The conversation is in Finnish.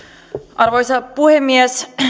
arvoisa puhemies